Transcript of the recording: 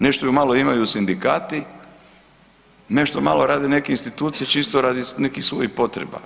Nešto ju malo imaju sindikati, nešto malo rade neke institucije čisto radi nekih svojih potreba.